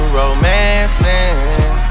romancing